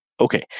Okay